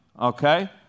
Okay